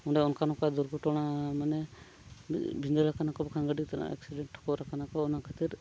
ᱱᱚᱰᱮ ᱱᱚᱝᱠᱟ ᱚᱱᱠᱟ ᱫᱩᱨᱜᱷᱚᱴᱚᱱᱟ ᱢᱟᱱᱮ ᱵᱷᱤᱸᱫᱟᱹᱲ ᱠᱟᱱᱟ ᱠᱚ ᱵᱟᱠᱷᱟᱱ ᱜᱟᱹᱰᱤ ᱛᱮᱱᱟᱜ ᱮᱠᱥᱤᱰᱮᱱᱴ ᱠᱳᱨ ᱠᱟᱱᱟ ᱠᱚ ᱚᱱᱟ ᱠᱷᱟᱹᱛᱤᱨ